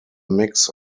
mix